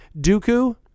Dooku